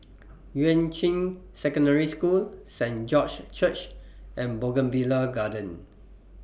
Yuan Ching Secondary School Saint George's Church and Bougainvillea Garden